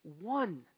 one